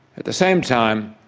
at the same time,